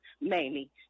Mamie